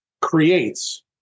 creates